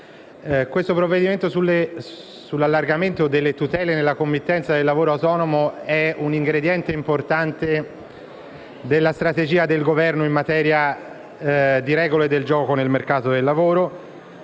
Il provvedimento sull'allargamento delle tutele nella committenza del lavoro autonomo è un ingrediente importante della strategia del Governo in materia di regole del gioco nel mercato del lavoro.